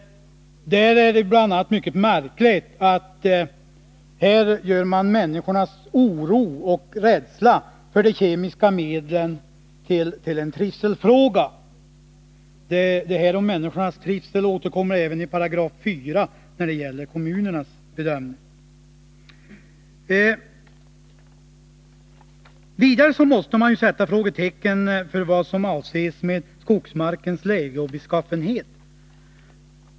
Mycket märkligt är det här att man gör människors oro och rädsla för de kemiska medlen till en trivselfråga. Människornas trivsel återkommer även i 4 § när det gäller kommunernas bedömning. Vidare måste man sätta ett frågetecken för vad som avses med skogsmarkens läge och beskaffenhet.